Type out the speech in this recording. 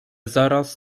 zaraz